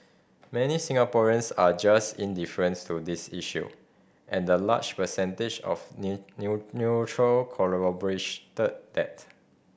many Singaporeans are just indifference to this issue and the large percentage of neutral that